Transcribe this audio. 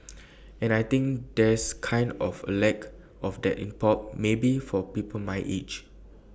and I think there's kind of A lack of that in pop maybe for people my age